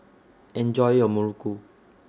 Enjoy your Muruku